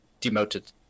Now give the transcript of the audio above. demoted